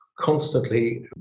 constantly